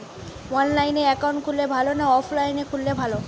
অনলাইনে একাউন্ট খুললে ভালো না অফলাইনে খুললে ভালো?